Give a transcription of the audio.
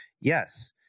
Yes